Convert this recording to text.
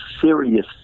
serious